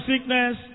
sickness